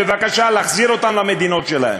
בבקשה להחזיר אותם למדינות שלהם.